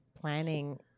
planning